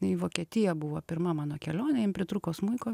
į vokietiją buvo pirma mano kelionė jiem pritrūko smuiko